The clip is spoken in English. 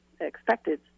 expected